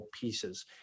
pieces